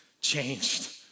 changed